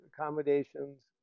accommodations